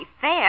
fair